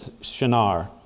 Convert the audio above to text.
Shinar